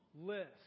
list